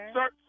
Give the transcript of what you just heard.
sir